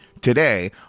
today